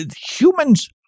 Humans